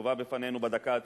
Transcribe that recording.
שהובא בפנינו בדקה התשעים,